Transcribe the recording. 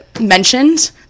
mentioned